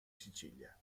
sicilia